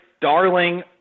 darling